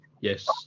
yes